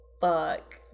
fuck